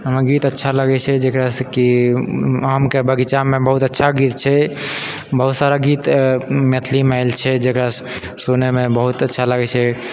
हमरा गीत अच्छा लगै छै जकरासँ की आमके बगीचामे बहुत अच्छा गीत छै बहुत सारा गीत मैथिलीमे आएल छै जकरा सुनैमे बहुत अच्छा लागै छै